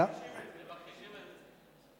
הם מכחישים את זה.